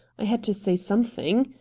i had to say something.